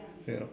you know